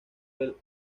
del